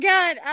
God